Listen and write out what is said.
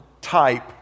type